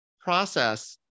process